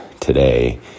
today